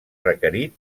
requerit